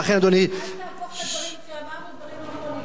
אל תהפוך את הדברים שאמרנו לדברים לא נכונים,